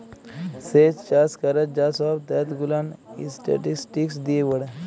স্যেচ চাষ ক্যরার যা সহব ত্যথ গুলান ইসট্যাটিসটিকস দিয়ে পড়ে